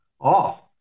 off